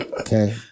Okay